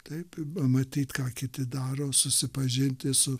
taip pamatyt ką kiti daro susipažinti su